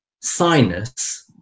sinus